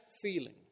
feeling